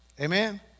Amen